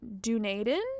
Dunedin